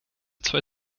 zwei